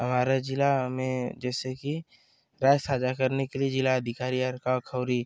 हमारा ज़िला में जैसे कि राज साझा करने के लिए ज़िला अधिकारी अरका खौरी